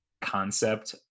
concept